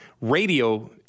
Radio